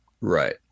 Right